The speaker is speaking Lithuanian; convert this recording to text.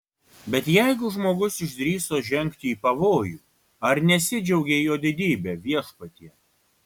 bet jeigu žmogus išdrįso žengti į pavojų ar nesidžiaugei jo didybe viešpatie